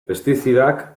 pestizidak